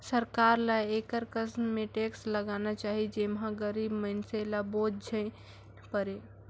सरकार ल एकर कस में टेक्स लगाना चाही जेम्हां गरीब मइनसे ल बोझ झेइन परे